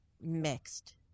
mixed